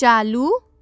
चालू